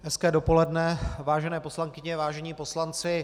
Hezké dopoledne, vážené poslankyně, vážení poslanci.